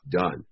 done